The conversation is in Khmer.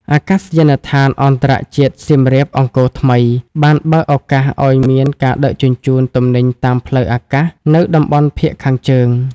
អាកាសយានដ្ឋានអន្តរជាតិសៀមរាបអង្គរថ្មី បានបើកឱកាសឱ្យមានការដឹកជញ្ជូនទំនិញតាមផ្លូវអាកាសនៅតំបន់ភាគខាងជើង។